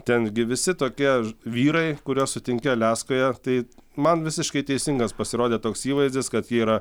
tengi visi tokie vyrai kuriuos sutinki aliaskoje tai man visiškai teisingas pasirodė toks įvaizdis kad jie yra